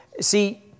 see